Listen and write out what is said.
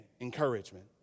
encouragement